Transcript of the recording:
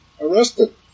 arrested